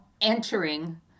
entering